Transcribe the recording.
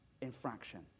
infraction